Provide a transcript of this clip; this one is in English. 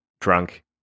drunk